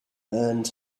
earned